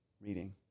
Reading